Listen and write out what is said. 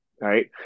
Right